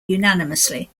unanimously